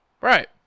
Right